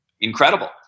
incredible